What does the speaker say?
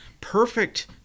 perfect